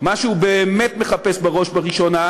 מה שהוא באמת מחפש בראש ובראשונה,